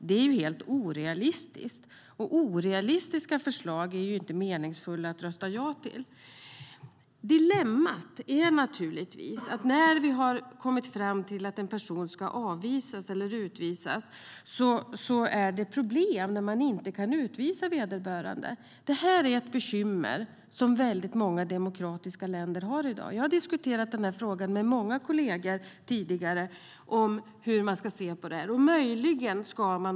Det är helt orealistiskt, och orealistiska förslag är inte meningsfulla att rösta ja till. Dilemmat är naturligtvis att när vi har kommit fram till att en person ska avvisas eller utvisas är det problem när man inte kan utvisa vederbörande. Det här är ett bekymmer som väldigt många demokratiska länder har i dag. Jag har tidigare diskuterat med många kolleger hur man ska se på detta.